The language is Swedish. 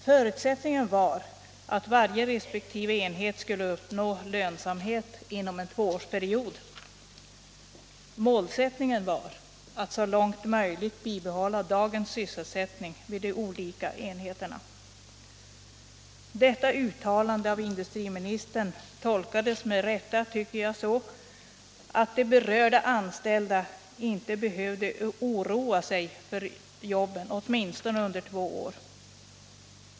Förutsättningen var att resp. enhet skulle uppnå lönsamhet inom en tvåårsperiod. Målsättningen var att så långt möjligt bibehålla dagens sysselsättning vid de olika enheterna. Detta uttalande av industriministern tolkades, med rätta tycker jag, så att de berörda anställda inte behövde oroa sig för jobben under åtminstone två år.